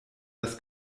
das